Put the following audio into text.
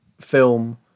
film